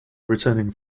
returning